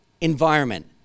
environment